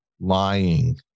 lying